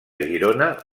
girona